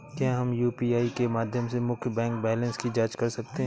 क्या हम यू.पी.आई के माध्यम से मुख्य बैंक बैलेंस की जाँच कर सकते हैं?